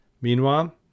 Meanwhile